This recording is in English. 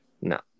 no